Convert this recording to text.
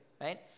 right